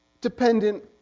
dependent